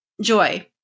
Joy